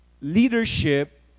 leadership